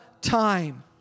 time